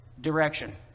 direction